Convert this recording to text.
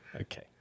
okay